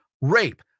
rape